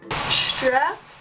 Strap